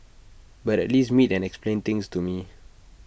but at least meet and explain things to me